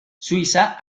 suiza